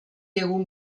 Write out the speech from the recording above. egun